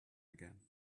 again